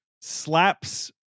Slaps